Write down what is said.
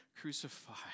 crucified